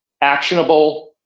actionable